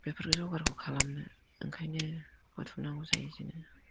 बेफोर जगारखौ खालामनो ओंखायनो बुथुमनांगौ जायो जोङो